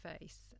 face